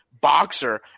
boxer